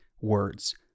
words